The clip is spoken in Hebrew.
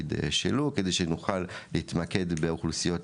התפקיד שלו, כדי שנוכל להתמקד באוכלוסיות